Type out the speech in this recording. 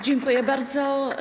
Dziękuję bardzo.